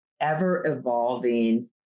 ever-evolving